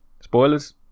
spoilers